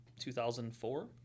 2004